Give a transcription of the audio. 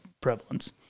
prevalence